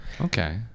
Okay